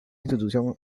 institución